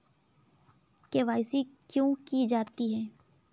KYC क्यों की जाती है?